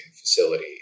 facility